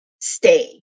stay